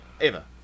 Ava